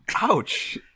ouch